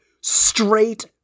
straight